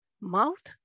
mouth